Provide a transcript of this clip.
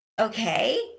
okay